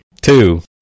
two